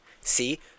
See